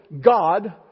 God